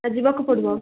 ନା ଯିବାକୁ ପଡ଼ିବ